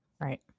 Right